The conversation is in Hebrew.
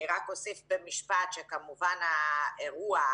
אני רק אוסיף במשפט שכמובן האירוע,